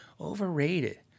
Overrated